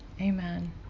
Amen